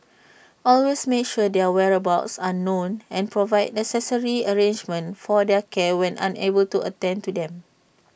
always make sure their whereabouts are known and provide necessary arrangements for their care when unable to attend to them